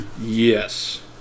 Yes